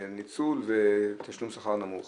ניצול ותשלום שכר נמוך.